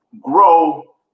grow